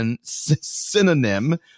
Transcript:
synonym